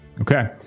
Okay